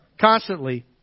Constantly